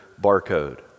barcode